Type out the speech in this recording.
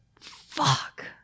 fuck